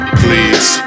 please